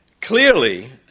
Clearly